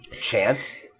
chance